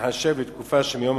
תיחשב לתקופה שמיום